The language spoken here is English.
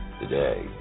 Today